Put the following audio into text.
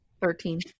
thirteen